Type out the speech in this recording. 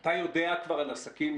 אתה יודע כבר על עסקים,